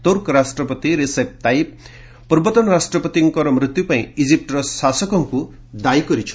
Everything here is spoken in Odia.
ତୁର୍କ ରାଷ୍ଟ୍ରପତି ରିସେପ୍ ତାଇପ୍ ପୂର୍ବତନ ରାଷ୍ଟ୍ରପତିଙ୍କର ମୃତ୍ୟୁ ପାଇଁ ଇଜିପୂର ଶାସକଙ୍କୁ ଦାୟୀ କରିଛନ୍ତି